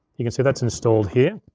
you can see that's installed here.